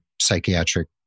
psychiatric